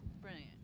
Brilliant